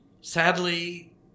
Sadly